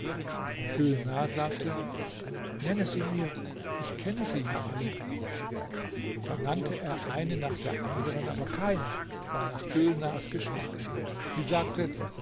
sagte nenne sie mir ich kenne sie ja alle da nannte er eine nach der andern aber keine war nach gülnars geschmack sie sagte